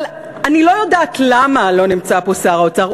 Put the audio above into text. אבל אני לא יודעת למה לא נמצא פה שר האוצר.